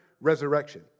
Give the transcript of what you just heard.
resurrection